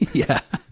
yeah.